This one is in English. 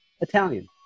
Italian